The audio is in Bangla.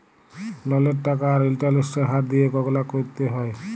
ললের টাকা আর ইলটারেস্টের হার দিঁয়ে গললা ক্যরতে হ্যয়